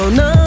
no